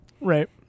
Right